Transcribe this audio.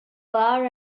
bar